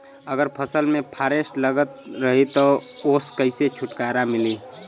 अगर फसल में फारेस्ट लगल रही त ओस कइसे छूटकारा मिली?